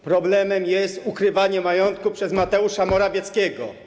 Problemem jest ukrywanie majątku przez Mateusza Morawieckiego.